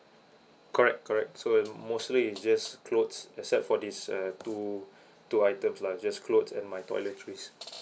correct correct so it mostly it's just clothes except for this uh two two items lah just clothes and my toiletries